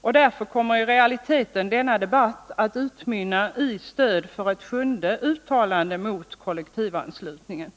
och därför kommer i realiteten denna debatt att utmynna i stöd för ett sjunde uttalande mot kollektivanslutningen.